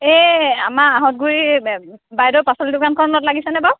এই আমাৰ আহঁতগুৰি বাইদেউ পাচলি দোকানখনত লাগিছেনে বাও